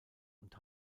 und